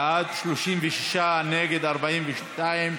בעד, 36, נגד, 42,